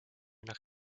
nach